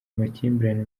amakimbirane